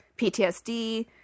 PTSD